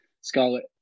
Scarlet